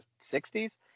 60s